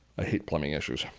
i hate plumbing issues.